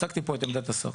הצגתי פה את עמדת השר.